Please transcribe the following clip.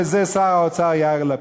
וזה שר האוצר יאיר לפיד.